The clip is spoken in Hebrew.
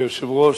היושב-ראש,